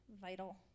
vital